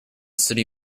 city